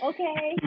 Okay